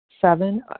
Seven